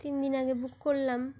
তিন দিন আগে বুক করলাম